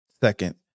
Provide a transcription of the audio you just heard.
second